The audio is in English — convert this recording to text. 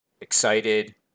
excited